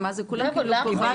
בוקר טוב לכולם.